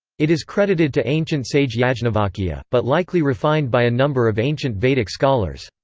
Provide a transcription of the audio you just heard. it is credited to ancient sage yeah yajnavalkya, but likely refined by a number of ancient vedic scholars.